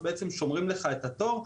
שבעצם שומרים לך את התור.